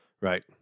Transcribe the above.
Right